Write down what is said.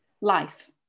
life